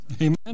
Amen